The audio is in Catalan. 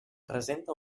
presenta